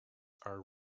are